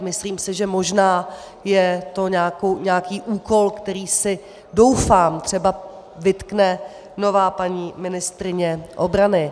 Myslím si, že možná je to nějaký úkol, který si, doufám, třeba vytkne nová paní ministryně obrany.